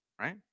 right